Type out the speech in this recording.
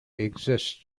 exists